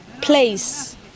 place